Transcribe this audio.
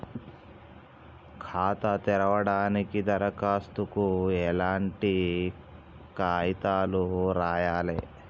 ఖాతా తెరవడానికి దరఖాస్తుకు ఎట్లాంటి కాయితాలు రాయాలే?